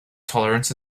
tolerance